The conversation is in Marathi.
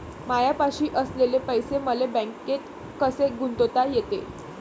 मायापाशी असलेले पैसे मले बँकेत कसे गुंतोता येते?